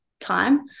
time